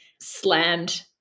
slammed